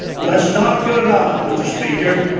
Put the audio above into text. that's not good enough. mr. speaker,